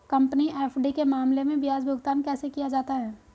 Company FD के मामले में ब्याज भुगतान कैसे किया जाता है?